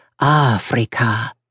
Africa